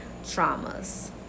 traumas